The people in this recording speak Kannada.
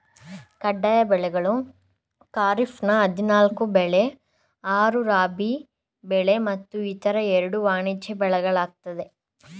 ಕಡ್ಡಾಯ ಬೆಳೆಗಳು ಖಾರಿಫ್ನ ಹದಿನಾಲ್ಕು ಬೆಳೆ ಆರು ರಾಬಿ ಬೆಳೆ ಮತ್ತು ಇತರ ಎರಡು ವಾಣಿಜ್ಯ ಬೆಳೆಗಳಾಗಯ್ತೆ